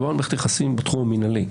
מדובר על מערכת יחסים בתחום המינהלי,